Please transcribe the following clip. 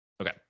Okay